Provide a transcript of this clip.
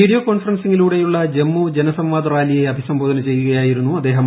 video കോൺഫറൻസിംഗിലൂടെയുള്ള ജമ്മു ജനസംവാദ് റാലിയെ അഭിസംബോധന ചെയ്യുകയായിരുന്നു അദ്ദേഹം